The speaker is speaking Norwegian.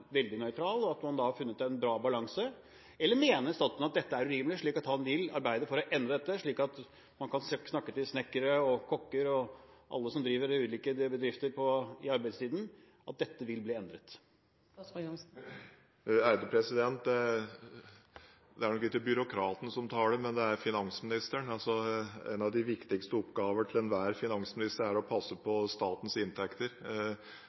veldig nøytral, og at man har funnet en bra balanse? Eller mener statsråden at dette er urimelig, og vil han arbeide for å endre dette, at man kan si til snekkere, kokker og alle som driver ulike bedrifter i arbeidstiden at dette vil bli endret? Det er nok ikke byråkraten som snakker, men det er finansministeren. En av de viktigste oppgavene til enhver finansminister er å passe på statens inntekter